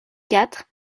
quatre